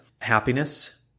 Happiness